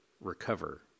recover